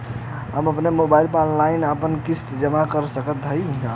हम अपने मोबाइल से ऑनलाइन आपन किस्त जमा कर सकत हई का?